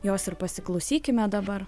jos ir pasiklausykime dabar